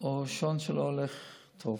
או שעון שלא הולך טוב?